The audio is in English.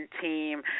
team